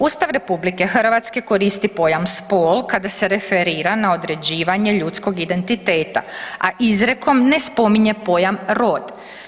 Ustav RH koristi pojam spol kada se referira na određivanje ljudskog identiteta, a izrekom ne spominje pojam rod.